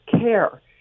care